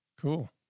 Cool